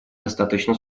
достаточно